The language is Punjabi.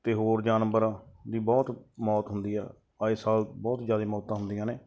ਅਤੇ ਹੋਰ ਜਾਨਵਰ ਦੀ ਬਹੁਤ ਮੌਤ ਹੁੰਦੀ ਆ ਆਏ ਸਾਲ ਬਹੁਤ ਜ਼ਿਆਦਾ ਮੌਤਾਂ ਹੁੰਦੀਆਂ ਨੇ